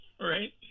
right